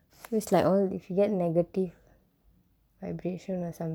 it's like all if you get negative vibration or something